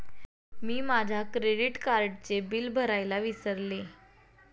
मी माझ्या क्रेडिट कार्डचे बिल भरायला विसरले